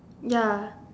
ya